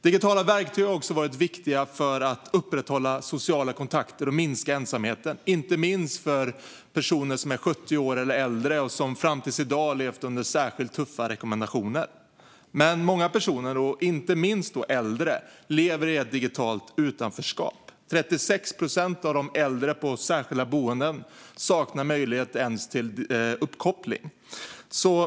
Digitala verktyg har också varit viktiga för att upprätthålla sociala kontakter och minska ensamheten, inte minst för personer som är 70 år eller äldre och som fram till i dag har levt under särskilt tuffa rekommendationer. Men många personer, inte minst äldre, lever i ett digitalt utanförskap. 36 procent av de äldre på särskilda boenden har inte ens möjlighet till uppkoppling.